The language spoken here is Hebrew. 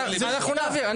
אנחנו נעביר,